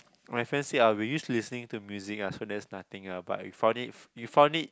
my friend said I ah we used to listening to music ah so that's nothing ah but we found it we found it